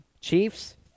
Chiefs